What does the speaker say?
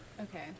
okay